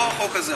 לא החוק הזה,